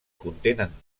contenen